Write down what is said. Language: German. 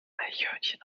eichhörnchen